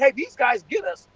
like these guys get us,